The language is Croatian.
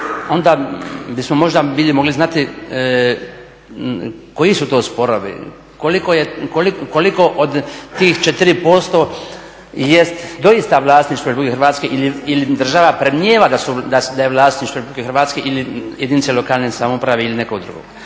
onda bismo možda bili mogli znati koji su to sporovi, koliko od tih 4% jest doista vlasništvo RH ili država predmnijeva da je vlasništvo RH ili jedinice lokalne samouprave ili nekog drugog.